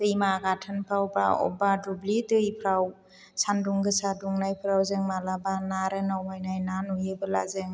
दैमा गाथोनफ्राव एबा बबेबा दुब्लि दैफ्राव सान्दुं गोसा दुंनायफ्राव जों माब्लाबा ना रोनावनाय ना नुयोब्ला जों